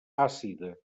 àcida